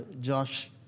Josh